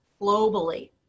globally